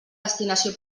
destinació